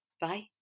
Bye